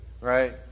right